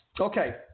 Okay